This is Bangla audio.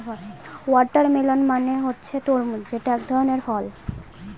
ওয়াটারমেলন মানে হচ্ছে তরমুজ যেটা এক ধরনের ফল